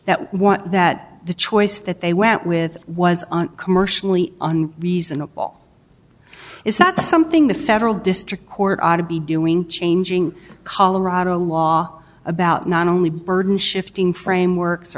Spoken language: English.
want that the choice that they went with was on commercially reasonable is that something the federal district court ought to be doing changing colorado law about not only burden shifting frameworks